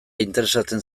interesatzen